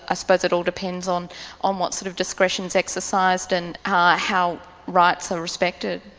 ah suppose it all depends on on what sort of discretion's exercised, and how rights are respected.